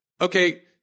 okay